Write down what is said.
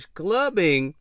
clubbing